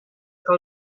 que